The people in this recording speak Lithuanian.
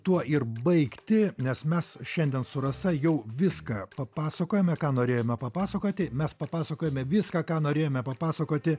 tuo ir baigti nes mes šiandien su rasa jau viską papasakojome ką norėjome papasakoti mes papasakojome viską ką norėjome papasakoti